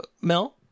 Mel